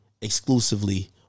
exclusively